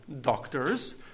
doctors